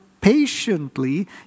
patiently